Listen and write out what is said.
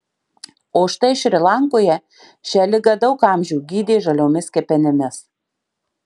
o štai šri lankoje šią ligą daug amžių gydė žaliomis kepenimis